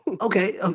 Okay